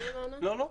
האוצר.